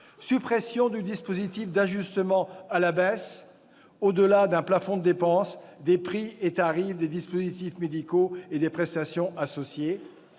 suppression du dispositif d'ajustement à la baisse, au-delà d'un plafond de dépenses, des prix et tarifs des dispositifs médicaux et des prestations associées